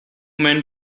men